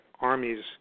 armies